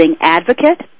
advocate